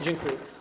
Dziękuję.